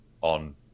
on